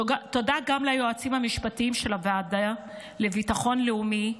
תודה גם ליועצים המשפטיים של הוועדה לביטחון לאומי,